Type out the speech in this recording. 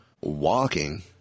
walking